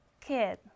kid